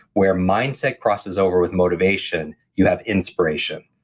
where mindset crosses over with motivation you have inspiration.